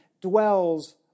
dwells